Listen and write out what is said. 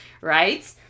right